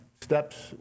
steps